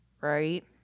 right